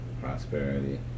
prosperity